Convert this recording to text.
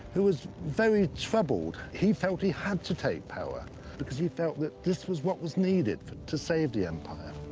who was very troubled. he felt he had to take power because he felt that this was what was needed to save the empire.